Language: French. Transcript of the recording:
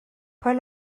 paul